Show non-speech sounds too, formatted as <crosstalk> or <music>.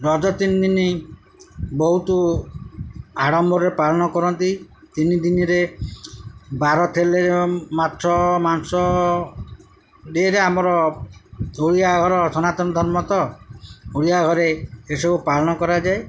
ରଜ ତିନିଦିନ ବହୁତ ଆଡ଼ମ୍ବରରେ ପାଳନ କରନ୍ତି ତିନିଦିନରେ ବାର ଥିଲେ ମାଛ ମାଂସ <unintelligible> ଆମର ଓଡ଼ିଆ ଘର ସନାତନ ଧର୍ମ ତ ଓଡ଼ିଆ ଘରେ ଏସବୁ ପାଳନ କରାଯାଏ